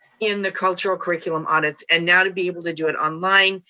in the cultural curriculum audits, and now to be able to do it online,